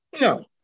No